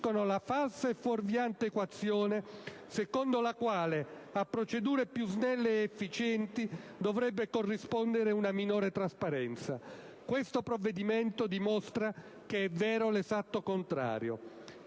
la falsa e fuorviante equazione secondo la quale, a procedure più snelle ed efficienti, dovrebbe corrispondere una minore trasparenza. Questo provvedimento dimostra che è vero l'esatto contrario.